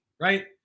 right